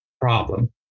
problem